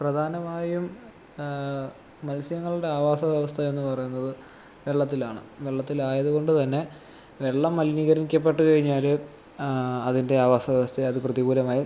പ്രധാനമായും മത്സ്യങ്ങളുടെ ആവാസ വ്യവസ്ഥയെന്നു പറയുന്നത് വെള്ളത്തിലാണ് വെള്ളത്തിലായതുകൊണ്ട് തന്നെ വെള്ളം മലിനീകരിക്കപ്പെട്ട് കഴിഞ്ഞാൽ അതിൻ്റെ ആവാസ വ്യവസ്ഥയെ അത് പ്രതികൂലമായി